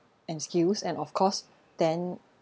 and skills and of course then